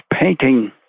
painting